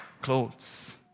clothes